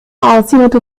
عاصمة